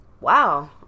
Wow